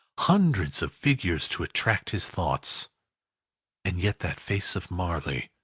hundreds of figures to attract his thoughts and yet that face of marley,